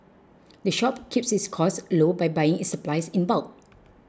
the shop keeps its costs low by buying its supplies in bulk